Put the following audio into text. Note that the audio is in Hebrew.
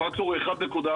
הפקטור הוא 1.4,